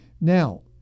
Now